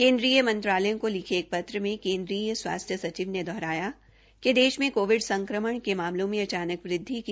केन्द्रीय मंत्रालयों को लिखे एक पत्र में केन्द्रीय स्वास्थ्य सचिव ने दोहराया है कि देश में कोविड संक्रमण के मामलों में आचनक वृद्धि की